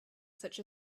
such